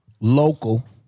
local